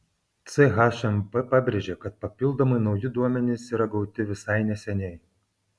chmp pabrėžė kad papildomai nauji duomenys yra gauti visai neseniai